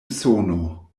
usono